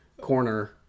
Corner